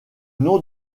nom